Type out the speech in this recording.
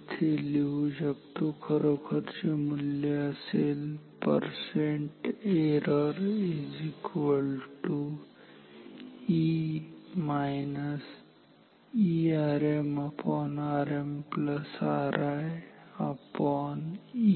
येथे आपण लिहू शकतो खरोखरचे मूल्य असेल Error E E RmRmri E1 RmRmri